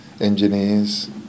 engineers